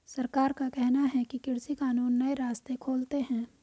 सरकार का कहना है कि कृषि कानून नए रास्ते खोलते है